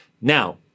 Now